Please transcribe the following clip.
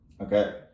Okay